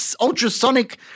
ultrasonic